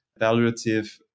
evaluative